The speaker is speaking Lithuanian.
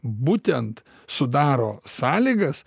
būtent sudaro sąlygas